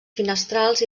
finestrals